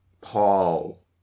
Paul